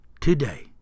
today